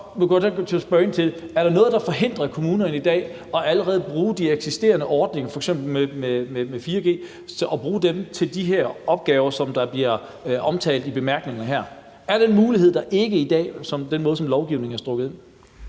der er noget, der forhindrer kommunerne i dag i allerede at bruge de eksisterende ordninger, f.eks. med G4S, og bruge dem til de opgaver, som bliver omtalt i bemærkningerne her. Er den mulighed der ikke i dag med den måde, som lovgivningen er strikket